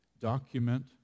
document